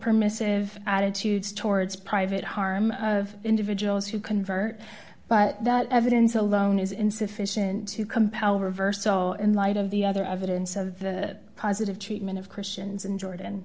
permissive attitudes towards private harm of individuals who convert but that evidence alone is insufficient to compel reversal in light of the other evidence of the positive treatment of christians in jo